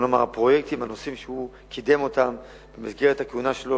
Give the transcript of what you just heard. הפרויקטים והנושאים שהוא קידם במסגרת הכהונה שלו,